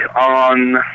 on